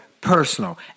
personal